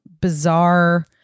bizarre